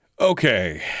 Okay